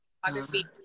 photography